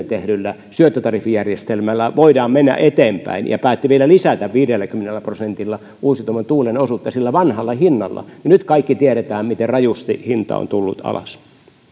tehdyllä syöttötariffijärjestelmällä voidaan mennä eteenpäin ja päätti vielä lisätä viidelläkymmenellä prosentilla uusiutuvan tuulen osuutta sillä vanhalla hinnalla nyt me kaikki tiedämme miten rajusti hinta on tullut alas